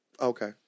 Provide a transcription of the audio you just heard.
Okay